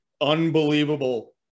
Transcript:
unbelievable